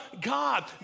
God